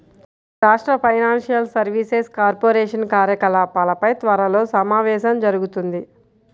రాష్ట్ర financial services corporation కార్యకలాపాలపై త్వరలో సమావేశం జరుగుతుంది